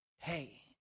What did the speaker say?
hey